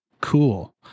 cool